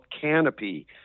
Canopy